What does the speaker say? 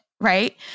right